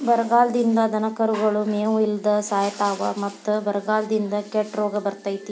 ಬರಗಾಲದಿಂದ ದನಕರುಗಳು ಮೇವು ಇಲ್ಲದ ಸಾಯಿತಾವ ಮತ್ತ ಬರಗಾಲದಿಂದ ಕೆಟ್ಟ ರೋಗ ಬರ್ತೈತಿ